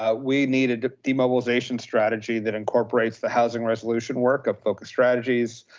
ah we needed a demobilization strategy that incorporates the housing resolution work of focus strategies,